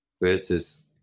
versus